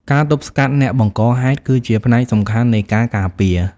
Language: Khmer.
ការទប់ស្កាត់អ្នកបង្កហេតុ គឺជាផ្នែកសំខាន់នៃការការពារ។